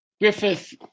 Griffith